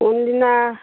কোনদিনা